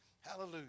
Hallelujah